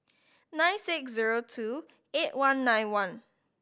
nine six zero two eight one nine one